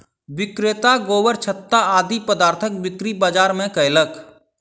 विक्रेता गोबरछत्ता आदि पदार्थक बिक्री बाजार मे कयलक